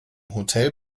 hotel